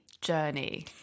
journey